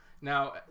Now